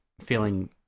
feeling